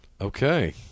Okay